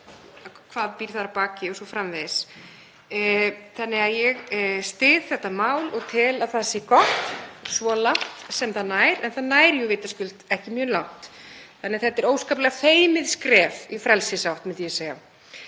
hvað býr þar að baki o.s.frv. Þannig að ég styð þetta mál og tel að það sé gott svo langt sem það nær, en það nær vitaskuld ekki mjög langt. Þetta er óskaplega feimið skref í frelsisátt, myndi ég segja,